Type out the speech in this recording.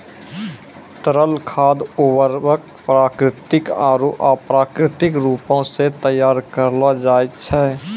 तरल खाद उर्वरक प्राकृतिक आरु अप्राकृतिक रूपो सें तैयार करलो जाय छै